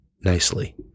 nicely